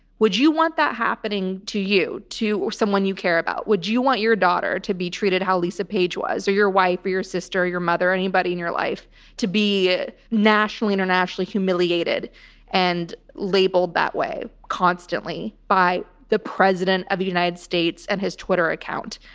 would you want that happening to you to you or someone you care about? would you want your daughter to be treated how lisa page was or your wife or your sister or your mother or anybody in your life to be nationally, internationally humiliated and labeled that way constantly by the president of the united states and his twitter account.